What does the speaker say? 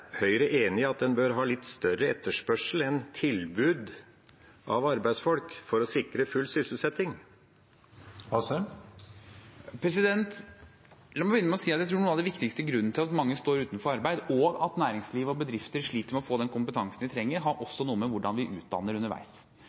Høyre enig i at en bør ha litt større etterspørsel enn tilbud med hensyn til arbeidsfolk for å sikre full sysselsetting? La meg begynne med å si at jeg tror en av de viktigste grunnene til at mange står utenfor arbeid, og at næringsliv og bedrifter sliter med å få den kompetansen de trenger, har noe å gjøre med hvordan vi utdanner underveis.